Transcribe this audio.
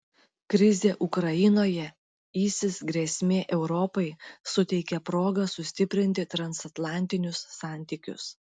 krizė ukrainoje isis grėsmė europai suteikia progą sustiprinti transatlantinius santykius